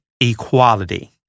equality